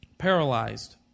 Paralyzed